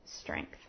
strength